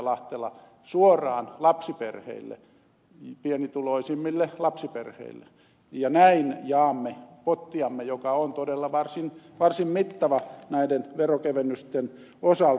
lahtela suoraan lapsiperheille pienituloisimmille lapsiperheille ja näin jaamme pottiamme joka on todella varsin mittava näiden veronkevennysten osalta